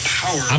power